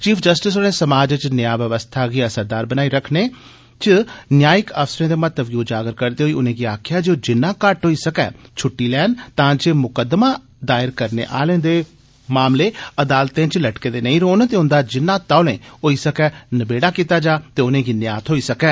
chief justice होरें समाज च न्याय व्यवस्था गी असरदार बनाई रक्खने च न्यायिक अफसरें दे महत्व गी उजागर करदे होई उनेंगी आक्खेआ जे ओह् जिन्ना घट्ट होई सकै छुट्टी लैन तां जे मुकद्दमा करने आलें दे मामले अदालतें च लटके दे नेई रौह्न ते उन्दा जिन्ना तौले होई सकै नबेड़ा कीता जा ते उनेंगी न्याय थ्होई सकै